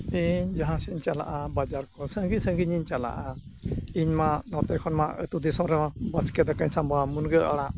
ᱤᱧ ᱡᱟᱦᱟᱸ ᱥᱮᱫ ᱤᱧ ᱪᱟᱞᱟᱜᱼᱟ ᱵᱟᱡᱟᱨ ᱠᱚ ᱥᱟᱺᱜᱤᱧ ᱥᱟᱺᱜᱤᱧ ᱤᱧ ᱪᱟᱞᱟᱜᱼᱟ ᱤᱧᱢᱟ ᱱᱚᱛᱮ ᱠᱷᱚᱱᱢᱟ ᱟᱹᱛᱩ ᱫᱤᱥᱚᱢ ᱨᱮᱢᱟ ᱵᱟᱥᱠᱮ ᱫᱟᱠᱟᱧ ᱥᱟᱢᱵᱟᱣᱟ ᱢᱩᱱᱜᱟᱹ ᱟᱲᱟᱜ